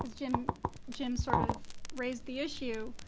as jim jim sort of raised the issue,